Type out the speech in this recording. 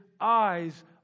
eyes